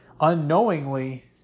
unknowingly